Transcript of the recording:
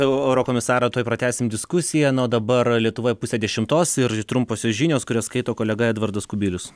eurokomisarą tuoj pratęsim diskusiją na o dabar lietuvoj pusė dešimtos ir trumposios žinios kurias skaito kolega edvardas kubilius